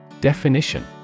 Definition